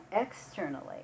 externally